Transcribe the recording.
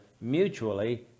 mutually